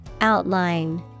Outline